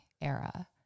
era